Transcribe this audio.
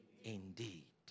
indeed